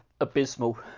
Abysmal